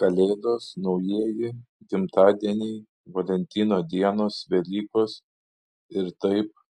kalėdos naujieji gimtadieniai valentino dienos velykos ir taip